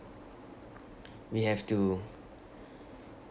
we have to